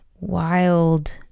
wild